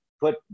put